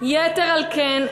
יתר על כן,